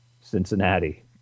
Cincinnati